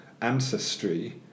ancestry